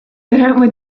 teorema